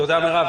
תודה מירב.